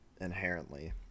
inherently